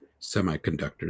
semiconductors